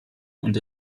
und